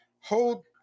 hold